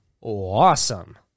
awesome